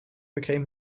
became